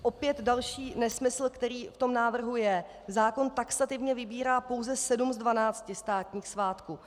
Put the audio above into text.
Opět další nesmysl, který v návrhu je: Zákon taxativně vybírá pouze sedm z dvanácti státních svátků.